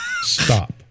Stop